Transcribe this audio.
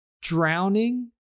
drowning